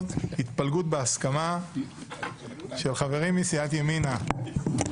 התפלגות בהסכמה של חברים מסיעת ימינה.